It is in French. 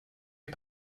est